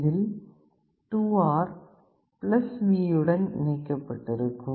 இதில் 2R V யுடன் இணைக்கப்பட்டிருக்கும்